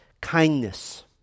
kindness